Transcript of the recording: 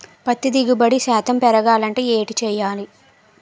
పత్తి దిగుబడి శాతం పెరగాలంటే ఏంటి చేయాలి?